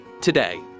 Today